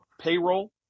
payroll